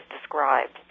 described